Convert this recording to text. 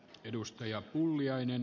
arvoisa puhemies